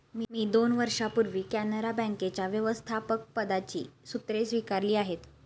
मी दोन वर्षांपूर्वी कॅनरा बँकेच्या व्यवस्थापकपदाची सूत्रे स्वीकारली आहेत